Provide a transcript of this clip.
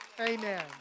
Amen